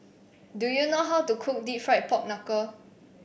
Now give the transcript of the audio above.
do you know how to cook deep fried Pork Knuckle